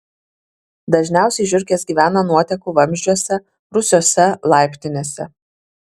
dažniausiai žiurkės gyvena nuotekų vamzdžiuose rūsiuose laiptinėse